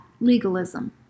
Legalism